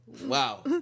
Wow